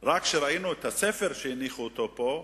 רק כשראינו את הספר שהניחו פה,